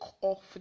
off